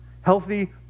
Healthy